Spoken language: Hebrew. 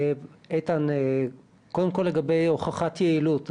איתן, קודם כל לגבי הוכחת יעילות.